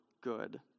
good